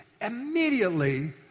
immediately